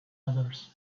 others